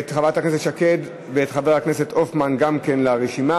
את חברת הכנסת שקד ואת חבר הכנסת הופמן גם כן לרשימה.